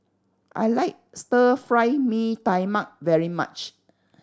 I like Stir Fry Mee Tai Mak very much